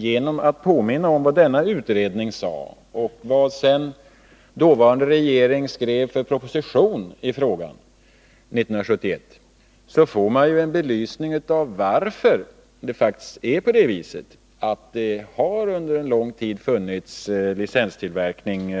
Genom att påminna om vad denna utredning sade och om den proposition i frågan som sedan den dåvarande regeringen skrev 1971 får vi en belysning av anledningen till att licenstillverkning